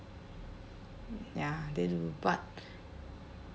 ya they do but